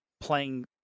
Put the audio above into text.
playing